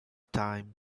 time